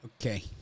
Okay